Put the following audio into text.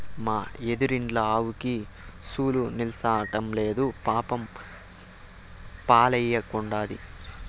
మా ఎదురిండ్ల ఆవుకి చూలు నిల్సడంలేదు పాపం పాలియ్యకుండాది